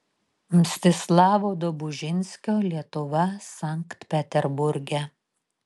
mstislavo dobužinskio lietuva sankt peterburge